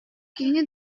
киһини